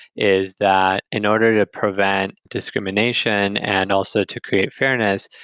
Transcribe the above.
is that in order yeah to prevent discrimination and also to create fairness,